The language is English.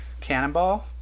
Cannonball